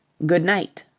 good night,